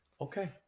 Okay